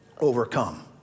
overcome